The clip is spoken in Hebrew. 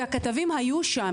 והכתבים היו שם.